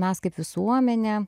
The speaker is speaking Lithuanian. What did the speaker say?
mes kaip visuomenė